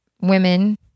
women